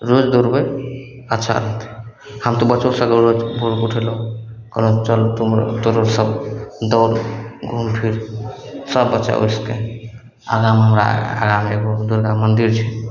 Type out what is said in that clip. रोज दौड़बय अच्छा रहतय हम तऽ बच्चोसँ भोरके उठेलहुँ कहलहुँ चल तुम तोरो सभ दौड़ घूम फिर सभ बच्चा उठिके आगामे हमरा आगामे एगो दुर्गा मन्दिर छै